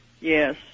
Yes